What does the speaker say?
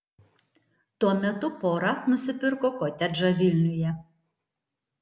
tuo metu pora nusipirko kotedžą vilniuje